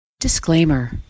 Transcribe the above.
Disclaimer